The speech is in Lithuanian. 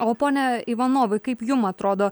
o pone ivanovai kaip jums atrodo